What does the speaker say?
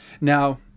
Now